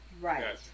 right